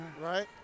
Right